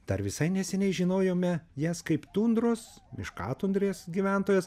dar visai neseniai žinojome jas kaip tundros miškatundrės gyventojas